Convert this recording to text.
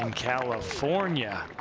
um california.